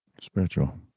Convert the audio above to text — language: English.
Spiritual